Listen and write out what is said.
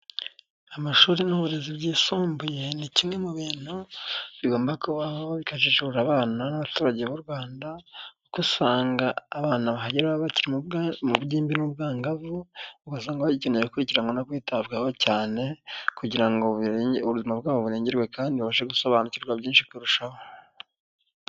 Amashuri n'uburezi bwisumbuye ni kimwe mu bintu bigomba kubaho bikajirira abana n'abaturage b'u Rwanda kuko usanga abana bahageragimbi n'ubwangavugasanga bigenewe gukurikiranranawa no kwitabwaho cyane kugira ngo birenge ubuzima bwabo burengerwe kandi bashe gusobanukirwa byinshi kurushaho.